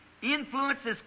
Influences